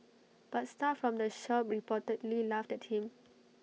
but staff from the shop reportedly laughed at him